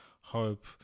hope